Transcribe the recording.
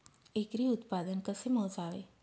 एकरी उत्पादन कसे मोजावे?